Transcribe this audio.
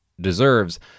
deserves